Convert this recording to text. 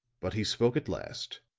but he spoke at last,